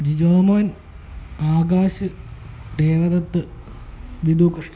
Jomon Akash Devadath Vidhukrishnan